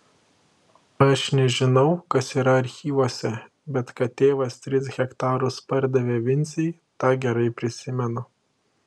aš nežinau kas yra archyvuose bet kad tėvas tris hektarus pardavė vincei tą gerai prisimenu